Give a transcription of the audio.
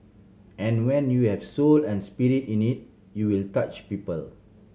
and when you have soul and spirit in it you will touch people